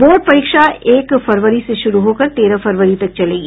board परीक्षा एक फरवरी से शुरू होकर तेरह फरवरी तक चलेगी